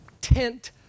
tent